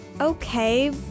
Okay